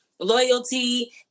loyalty